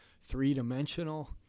three-dimensional